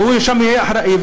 והיא תהיה אחראית שם,